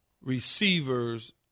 receivers